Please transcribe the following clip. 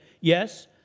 Yes